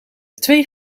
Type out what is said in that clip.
twee